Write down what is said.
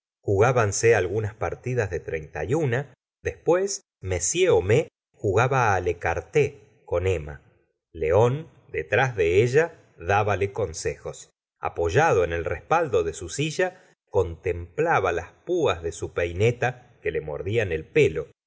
jugábanse algunas partidas de treinta y una después m homais jugaba al ecarté con emma león detrás de ella dbale consejos apoyado en el respaldo de su silla contemplaba las puas de su peineta que le mordían el pelo